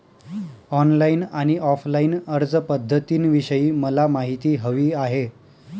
online आणि offline अर्जपध्दतींविषयी मला माहिती हवी आहे